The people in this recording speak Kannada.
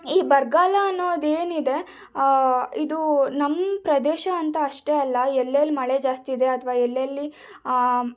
ಈ ಬರಗಾಲ ಅನ್ನೋದೇನಿದೆ ಇದು ನಮ್ಮ ಪ್ರದೇಶ ಅಂತ ಅಷ್ಟೇ ಅಲ್ಲ ಎಲ್ಲೆಲ್ಲಿ ಮಳೆ ಜಾಸ್ತಿ ಇದೆ ಅಥವಾ ಎಲ್ಲೆಲ್ಲಿ